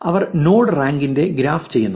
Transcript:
അവർ node റാങ്കിന്റെ graph ചെയ്യുന്നു